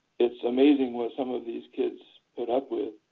it's amazing what some of these kids put up with.